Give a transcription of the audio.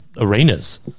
arenas